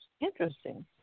Interesting